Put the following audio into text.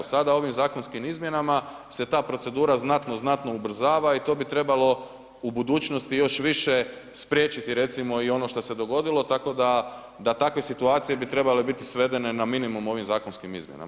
Sada ovim zakonskim izmjenama se ta procedura znatno, znano ubrzava i to bi trebalo u budućnosti još više spriječiti recimo i ono što se dogodilo tako da da takve situacije bi trebale biti svedene na minimum ovim zakonskim izmjenama.